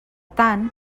tant